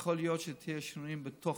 יכול להיות שיהיו שינויים בתוכו,